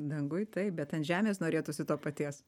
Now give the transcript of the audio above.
danguj taip bet ant žemės norėtųsi to paties